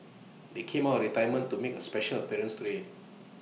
they came out of retirement to make A special appearance today